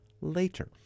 later